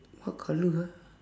what colour ah